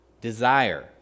desire